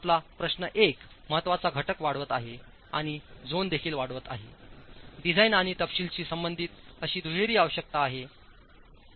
आपला प्रश्न एक महत्वाचा घटक वाढवत आहे आणि झोन देखील वाढवत आहेडिझाईन आणि तपशीलांशी संबंधित अशी दुहेरी आवश्यकता आहे